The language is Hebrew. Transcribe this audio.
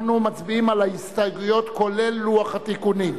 אנחנו מצביעים על ההסתייגויות, כולל לוח התיקונים.